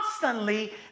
constantly